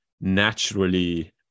naturally